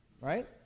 Right